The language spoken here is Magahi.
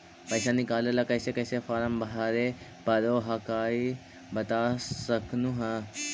पैसा निकले ला कैसे कैसे फॉर्मा भरे परो हकाई बता सकनुह?